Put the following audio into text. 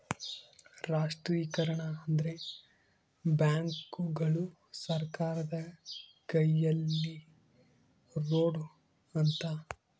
ರಾಷ್ಟ್ರೀಕರಣ ಅಂದ್ರೆ ಬ್ಯಾಂಕುಗಳು ಸರ್ಕಾರದ ಕೈಯಲ್ಲಿರೋಡು ಅಂತ